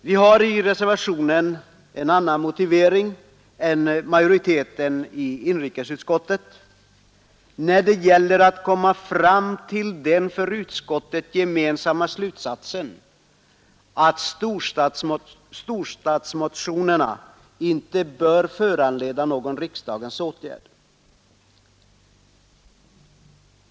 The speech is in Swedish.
Vi har i reservationen en annan motivering än majoriteten i inrikesutskottet när det gäller att komma fram till den för oss gemensamma slutsatsen, att storstadsmotionerna inte bör föranleda någon riksdagens åtgärd.